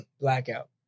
blackout